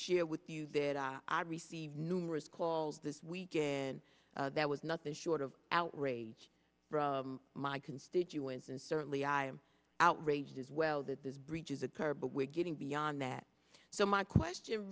share with you that i received numerous calls this weekend that was nothing short of outrage from my constituents and certainly i am outraged as well that these breaches occur but we're getting beyond that so my question